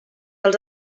els